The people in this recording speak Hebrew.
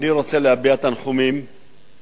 הצעת אי-אמון של